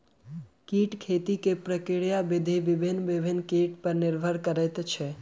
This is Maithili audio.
कीट खेती के प्रक्रिया विधि भिन्न भिन्न कीट पर निर्भर करैत छै